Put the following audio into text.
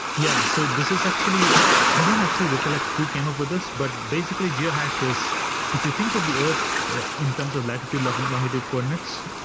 yeah, so this is actually i don't actually recollect who came up with this, but basically geohashes if you think of the earth in terms of latitude like and longitude coordinates,